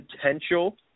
potential